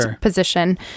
position